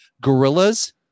gorillas